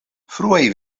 fruaj